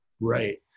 Right